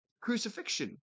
crucifixion